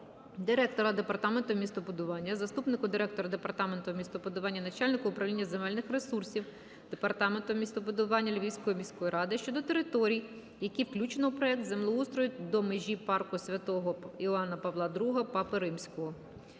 директора департаменту містобудування, заступнику директора департаменту містобудування, начальнику управління земельних ресурсів департаменту містобудування Львівської міської ради щодо територій, які включено у проект землеустрою до межі парку "Святого Івана Павла ІІ Папи Римського".